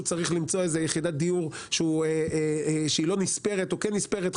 כדי לגור ליד ההורים שלו צריך למצוא יחידת דיור שלא נספרת או כן נספרת,